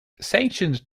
sanctioned